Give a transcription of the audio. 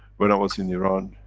when i was in iran,